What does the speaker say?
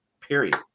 period